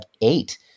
eight